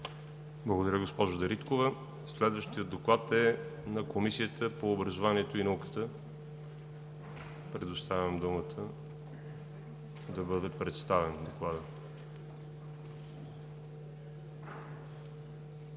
Благодаря Ви, госпожо Дариткова. Следващият доклад е на Комисията по образованието и науката. Предоставям думата да бъде представен докладът.